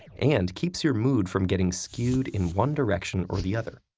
and keeps your mood from getting skewed in one direction or the other.